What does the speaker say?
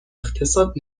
اقتصاد